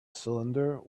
cylinder